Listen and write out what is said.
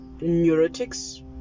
neurotics